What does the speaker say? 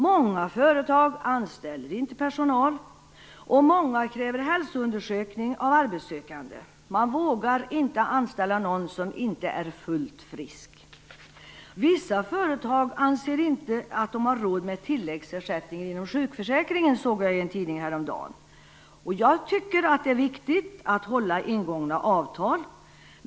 Många företag anställer inte personal och många kräver hälsoundersökning av arbetssökande. Man vågar inte anställa någon som inte är fullt frisk. Vissa företag anser sig inte ha råd med tilläggsersättningen inom sjukförsäkringen, såg jag i en tidning häromdagen. Jag tycker att det är riktigt att hålla ingångna avtal.